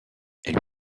elle